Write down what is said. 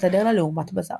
קתדרלה לעומת בזאר